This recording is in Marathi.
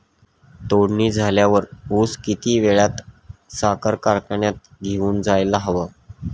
तोडणी झाल्यावर ऊस किती वेळात साखर कारखान्यात घेऊन जायला हवा?